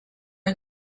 are